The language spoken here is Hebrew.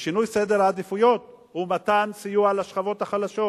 ושינוי סדר העדיפויות הוא מתן סיוע לשכבות החלשות.